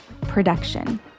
production